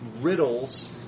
riddles